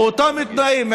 באותם תנאים,